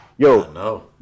Yo